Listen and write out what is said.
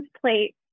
plate